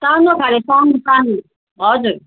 सानो खाले सानो सानो हजुर